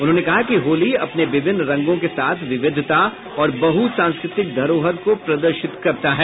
उन्होंने कहा कि होली अपने विभिन्न रंगों के साथ विविधता और बहु सांस्कृतिक धरोहर को प्रदर्शित करती है